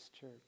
church